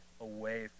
away